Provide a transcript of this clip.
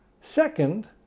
Second